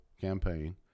campaign